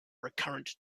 recurrent